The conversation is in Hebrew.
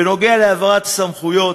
בנוגע להעברת הסמכויות,